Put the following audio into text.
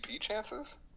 chances